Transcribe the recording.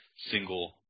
single